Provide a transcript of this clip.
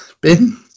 Bin